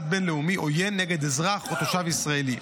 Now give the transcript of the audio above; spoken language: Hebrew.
בין-לאומי עוין נגד אזרח או תושב ישראלי.